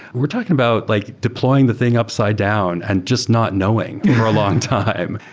we're talking about like deploying the thing upside down and just not knowing for a long time,